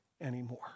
anymore